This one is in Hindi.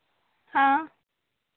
हाँ